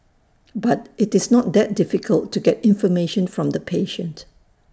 but IT is not that difficult to get information from the patient